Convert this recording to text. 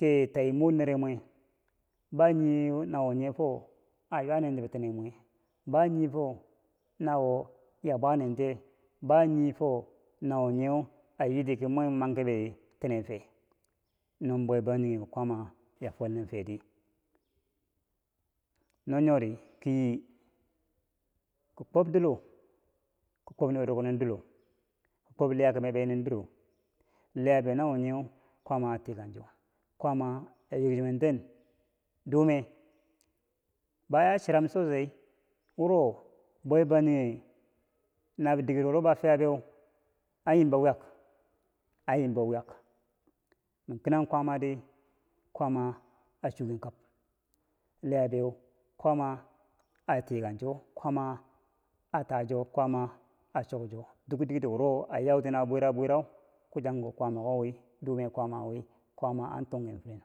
ki tai mor nere mwe banii nawonye fo aywanen ti bitinemwe ba nii fo na chia bwa nen tiye bani fo nawo nyeu ayitiki mwe mwi manki bitine fe non bwebangjinghe kwaama fiya fwelnen feri, no nyori kiyi ko kwob dilo ko kwob nubo durko nin dulo ko kwob liya kime benin dilo liya be nawo nyeu kwaama atikang cho kwaama ayok chinen ten dume bo a chiram sosai wuro bwe bangjinghe na dike wuro ba fiya beu anyimbo wiyak a yimbo wiyak ma kinang kwaama ti kwaama achuken kab liya beu kwaama atikangcho, kwaama a ta cho kwaama a chokcho duk diketo wuro ayuti nawo bwira bwirau kwachangko kwaamako wii duume kwaama wii, kwaama an tungke firen.